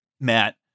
Matt